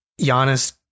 Giannis